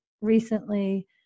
recently